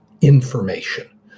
information